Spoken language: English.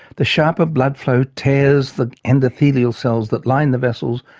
the sharper blood flow tears the endothelial cells that line the vessels,